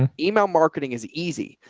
and email marketing is easy,